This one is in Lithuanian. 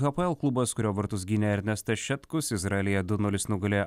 hapoel klubas kurio vartus gynė ernestas šetkus izraelyje du nulis nugalėjo